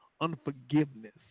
unforgiveness